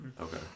Okay